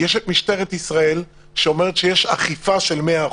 יש משטרת ישראל שאומרת שיש אכיפה של 100%,